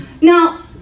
Now